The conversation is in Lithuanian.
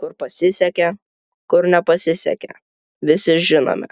kur pasisekė kur nepasisekė visi žinome